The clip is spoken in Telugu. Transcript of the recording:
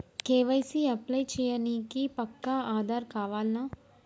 కే.వై.సీ అప్లై చేయనీకి పక్కా ఆధార్ కావాల్నా?